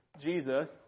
Jesus